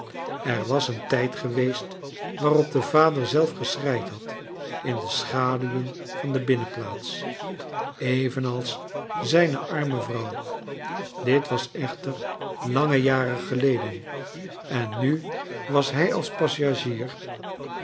er was een tijd geweest waarop de vader zelf geschreid had in de schaduwen van de binnenplaats evenals zijne arme vrouw dit was echter lange jaren geleden en nu was hij als passagier